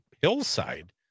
hillside